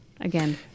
again